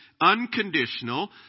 unconditional